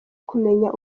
kumenya